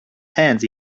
hands